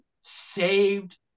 saved